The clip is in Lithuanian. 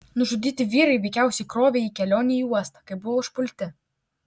nužudyti vyrai veikiausiai krovė jį kelionei į uostą kai buvo užpulti